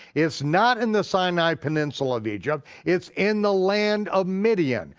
it's not in the sinai peninsula of egypt, it's in the land of midian,